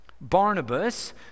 Barnabas